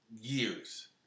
years